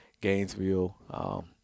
Gainesville